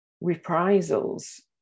reprisals